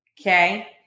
Okay